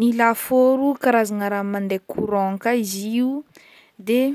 Ny lafaoro karazagna raha mande courant koa izy io, de